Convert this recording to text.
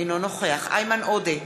אינו נוכח איימן עודה,